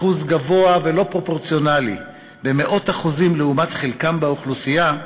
אחוז גבוה ולא פרופורציונלי במאות אחוזים לעומת חלקם באוכלוסייה,